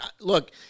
Look